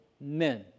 men